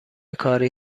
کاری